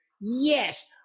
yes